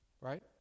Right